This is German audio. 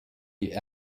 die